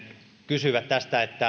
kysyivät